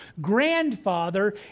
grandfather